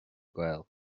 gael